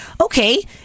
okay